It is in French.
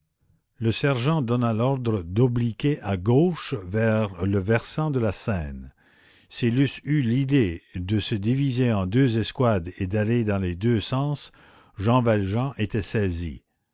le sergent donna l'ordre d'obliquer à gauche vers le versant de la seine s'ils eussent eu l'idée de se diviser en deux escouades et d'aller dans les deux sens jean valjean était saisi